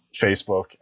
Facebook